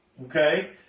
Okay